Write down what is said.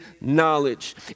knowledge